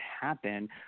happen